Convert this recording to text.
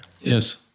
Yes